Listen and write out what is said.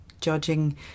judging